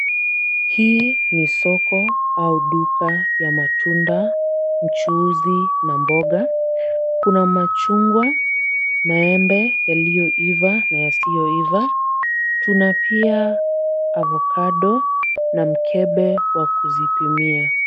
Hii ni soko au duka ya matunda, mchuuzi na mboga. Kuna machungwa ,maembe yaliyoiva na yasiyoiva. Tuna pia avocado na mkebe wa kuzipimia.